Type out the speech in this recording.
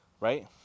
right